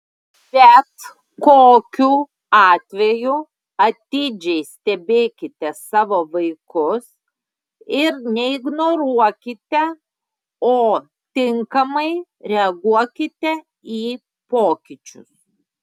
bet kokiu atveju atidžiai stebėkite savo vaikus ir neignoruokite o tinkamai reaguokite į pokyčius